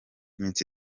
iminsi